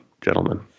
gentlemen